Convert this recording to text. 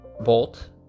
Bolt